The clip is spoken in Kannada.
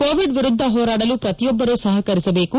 ಕೋವಿಡ್ ವಿರುದ್ದ ಹೋರಾಡಲು ಪ್ರತಿಯೊಬ್ಬರು ಸಹಕರಿಸಬೇಕು